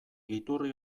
iturri